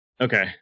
Okay